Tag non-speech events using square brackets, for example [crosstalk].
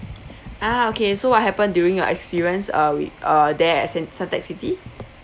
[breath] ah okay so what happened during your experience uh with uh there as in Suntec city